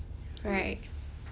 right